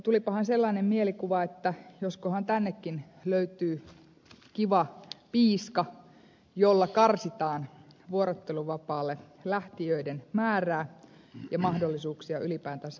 tulipahan sellainen mielikuva että joskohan tännekin löytyy kiva piiska jolla karsitaan vuorotteluvapaalle lähtijöiden määrää ja mahdollisuuksia ylipäätänsä vuorotteluvapaata käyttää